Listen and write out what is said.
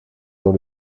dans